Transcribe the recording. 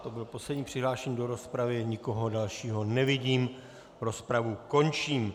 To byl poslední přihlášený do rozpravy, nikoho dalšího nevidím, rozpravu končím.